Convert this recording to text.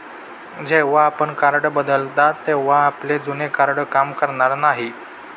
जेव्हा आपण कार्ड बदलता तेव्हा आपले जुने कार्ड काम करणार नाही